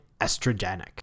estrogenic